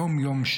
יום-יום,